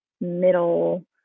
middle